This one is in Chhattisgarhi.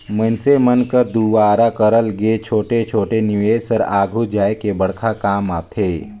मइनसे मन कर दुवारा करल गे छोटे छोटे निवेस हर आघु जाए के बड़खा काम आथे